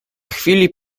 chwili